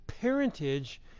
parentage